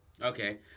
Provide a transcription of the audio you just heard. Okay